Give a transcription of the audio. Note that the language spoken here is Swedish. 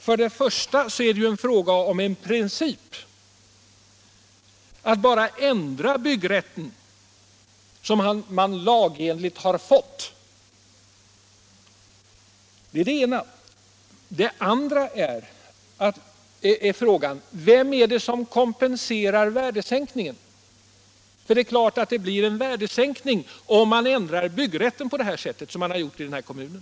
För det första är det fråga om en princip: att bara ändra byggrätten som människor lagenligt har fått. För det andra är frågan: Vem är det som kompenserar värdesänkningen? Det är klart att det blir en värdesänkning om man ändrar byggrätten på det sätt som skett i den här kommunen.